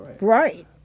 Right